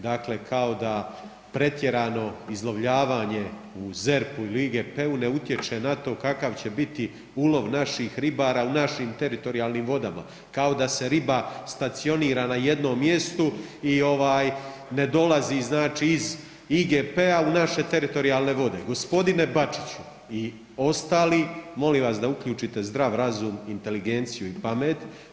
Dakle, kao da pretjerano izlovljavanje u ZERP-u ili IGP-u ne utječe na to kakav će biti ulov naših ribara u našim teritorijalnim vodama, kao da se riba stacionira na jednom mjestu i ovaj ne dolazi znači iz IGP-a u naše teritorijalne vode. g. Bačiću i ostali molim vas da uključite zdrav razum, inteligenciju i pamet.